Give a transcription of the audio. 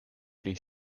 pri